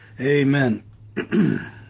Amen